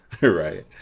Right